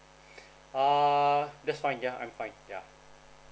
uh that's fine yeah I'm fine yeah